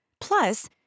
Plus